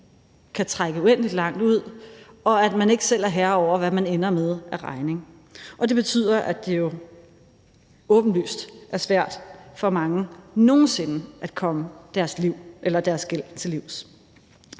kan trække uendelig langt ud, og at man ikke selv er herre over, hvad man ender med af regning. Det betyder, at det jo åbenlyst er svært for mange nogen sinde at komme deres gæld til livs.